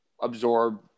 absorb